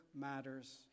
matters